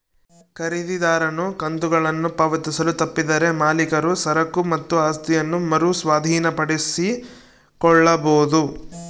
ಖರೀದಿದಾರನು ಕಂತುಗಳನ್ನು ಪಾವತಿಸಲು ತಪ್ಪಿದರೆ ಮಾಲೀಕರು ಸರಕು ಮತ್ತು ಆಸ್ತಿಯನ್ನ ಮರು ಸ್ವಾಧೀನಪಡಿಸಿಕೊಳ್ಳಬೊದು